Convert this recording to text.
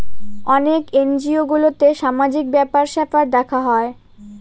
অনেক এনজিও গুলোতে সামাজিক ব্যাপার স্যাপার দেখা হয়